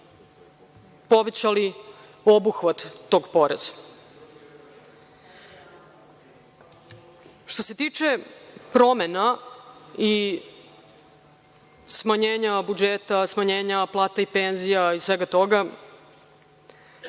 povećali obuhvat tog poreza. Što se tiče promena i smanjenja budžeta, smanjenja plata i penzija i svega toga,